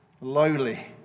lowly